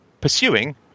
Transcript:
pursuing